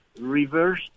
reverse